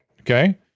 Okay